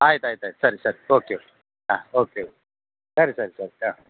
ಆಯ್ತು ಆಯ್ತು ಆಯ್ತು ಸರಿ ಸರಿ ಸರಿ ಓಕೆ ಹಾಂ ಓಕೆ ಸರಿ ಸರಿ ಸರಿ ಹಾಂ